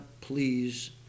please